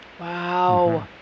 Wow